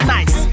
Nice